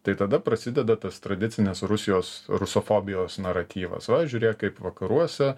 tai tada prasideda tas tradicinis rusijos rusofobijos naratyvas va žiūrėk kaip vakaruose